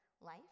life